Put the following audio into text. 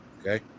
Okay